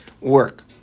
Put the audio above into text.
work